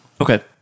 Okay